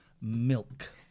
Milk